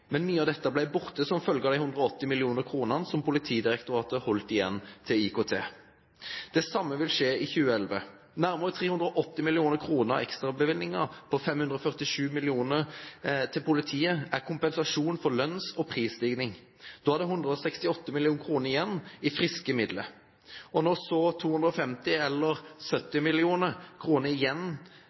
men mye av dette ble borte som følge av de 180 mill. kr som Politidirektoratet holdt igjen til IKT. Det samme vil skje i 2011. Nærmere 380 mill. kr av ekstrabevilgninger på 547 mill. kr til politiet er kompensasjon for lønns- og prisstigning. Da er det 168 mill. kr igjen i friske midler. Når så 250 mill. kr eller 70 mill. kr igjen